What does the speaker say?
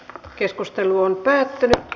keskustelu päättyi